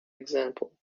example